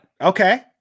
Okay